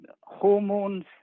hormones